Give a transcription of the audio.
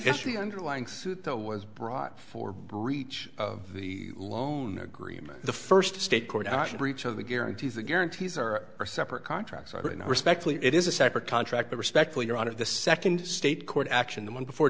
history underlying suit was brought for breach of the loan agreement the first state court on breach of the guarantees the guarantees are for separate contracts are written i respectfully it is a separate contract i respectfully your honor the second state court action the one before